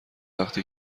وقتی